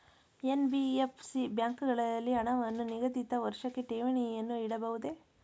NBFC ಬ್ಯಾಂಕುಗಳಲ್ಲಿ ಹಣವನ್ನು ನಿಗದಿತ ವರ್ಷಕ್ಕೆ ಠೇವಣಿಯನ್ನು ಇಡಬಹುದೇ?